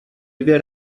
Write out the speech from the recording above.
dvě